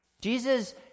Jesus